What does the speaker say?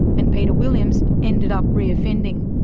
and peter williams ended up reoffending.